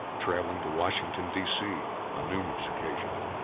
traveling to washington dc on numerous occasions.